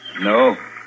No